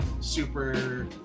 super